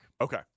Okay